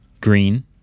green